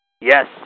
Yes